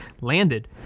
Landed